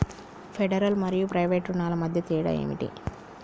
Federal మరియు private రుణాల మధ్య తేడా ఏమిటి?